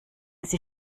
sie